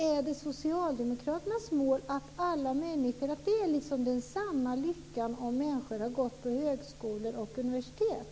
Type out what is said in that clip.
Är socialdemokraternas inställning att den sanna lyckan för alla människor är att ha gått på högskola eller universitet?